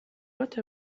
what